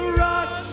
rock